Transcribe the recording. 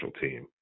team